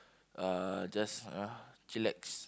uh just uh chillax